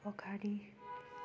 अगाडि